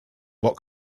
what